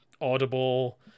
audible